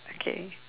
okay